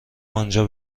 آنجا